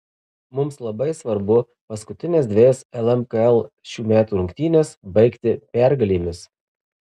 mums labai svarbu paskutines dvejas lmkl šių metų rungtynes baigti pergalėmis